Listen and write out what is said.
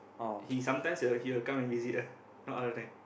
he sometimes he will he will come and visit ah not all the time